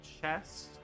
chest